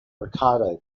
riccardo